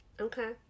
Okay